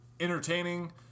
Entertaining